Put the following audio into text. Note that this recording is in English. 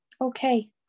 okay